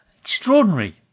extraordinary